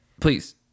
Please